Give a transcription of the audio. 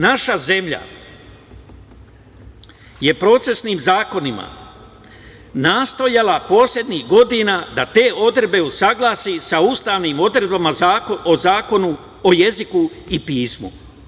Naša zemlja je procesnim zakonima nastojala poslednjih godina da te odredbe usaglasi sa ustavnim odredbama o Zakonu o jeziku i pismu.